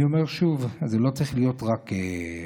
אני אומר שוב: זה לא צריך להיות רק חודש